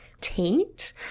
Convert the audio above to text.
taint